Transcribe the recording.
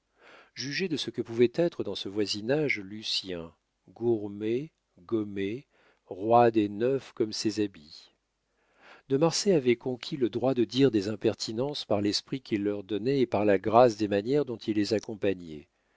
jugez de ce que pouvait être dans son voisinage lucien gourmé gommé roide et neuf comme ses habits de marsay avait conquis le droit de dire des impertinences par l'esprit qu'il leur donnait et par la grâce de manière dont il les accompagnait